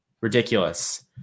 Ridiculous